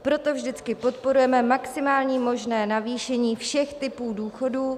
Proto vždycky podporujeme maximální možné navýšení všech typů důchodu.